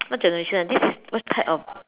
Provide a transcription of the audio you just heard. what generation this is what type of